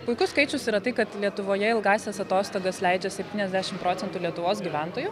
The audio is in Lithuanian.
puikus skaičius yra tai kad lietuvoje ilgąsias atostogas leidžia septyniasdešim procentų lietuvos gyventojų